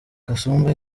kasumba